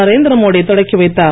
நரேந்திரமோடி தொடக்கி வைத்தார்